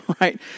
right